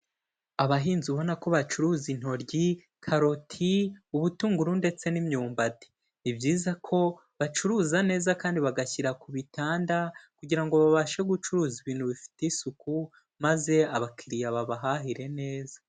Abahinzi ubona ko bacuruza intoryi, karoti, ubutunguru ndetse n'imyumbati, ni byiza ko bacuruza neza kandi bagashyira ku bitanda kugira ngo babashe gucuruza ibintu bifite isuku maze abakiriya babahahire neza.